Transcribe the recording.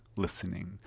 listening